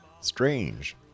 strange